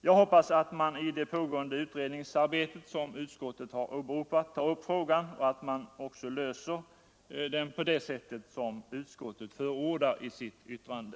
Jag hoppas att man i det pågående utredningsarbetet, som utskottet har åberopat, tar upp frågan och även löser den på det sätt som utskottet förordar i sitt yttrande.